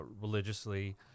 religiously